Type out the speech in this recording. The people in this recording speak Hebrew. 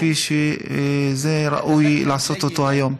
כפי שראוי לעשות היום.